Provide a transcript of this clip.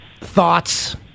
thoughts